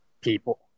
people